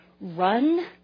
Run